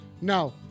No